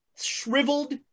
shriveled